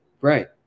Right